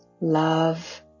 love